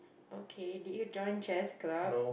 okay did you join chess club